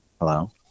hello